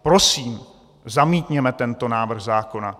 Prosím, zamítněme tento návrh zákona.